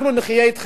אנחנו נחיה את חיינו,